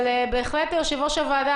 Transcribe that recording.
יושב-ראש הוועדה,